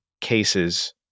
cases